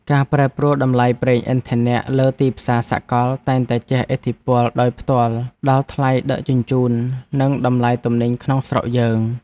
ការប្រែប្រួលតម្លៃប្រេងឥន្ធនៈលើទីផ្សារសកលតែងតែជះឥទ្ធិពលដោយផ្ទាល់ដល់ថ្លៃដឹកជញ្ជូន និងតម្លៃទំនិញក្នុងស្រុកយើង។